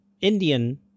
Indian